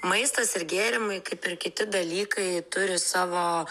maistas ir gėrimai kaip ir kiti dalykai turi savo